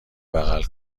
بغل